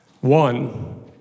one